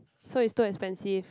so is too expensive